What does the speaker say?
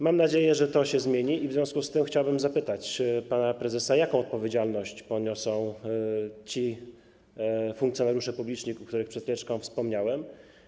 Mam nadzieję, że to się zmieni, i w związku z tym chciałbym zapytać pana prezesa: Jaką odpowiedzialność poniosą ci funkcjonariusze publiczni, o których przed chwileczką wspomniałem?